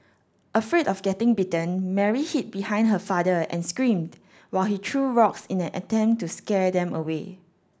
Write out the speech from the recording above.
afraid of getting bitten Mary hid behind her father and screamed while he threw rocks in an attempt to scare them away